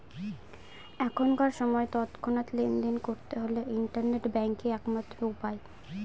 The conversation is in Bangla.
এখনকার সময় তৎক্ষণাৎ লেনদেন করতে হলে ইন্টারনেট ব্যাঙ্কই এক মাত্র উপায়